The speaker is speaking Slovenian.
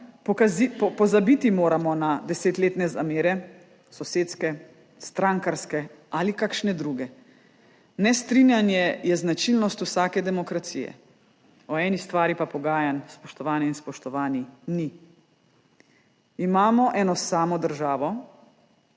pozabiti moramo na desetletne zamere, sosedske, strankarske ali kakšne druge. Nestrinjanje je značilnost vsake demokracije. O eni stvari pa pogajanj, spoštovane in spoštovani, ni. Imamo eno samo državo,